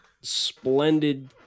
splendid –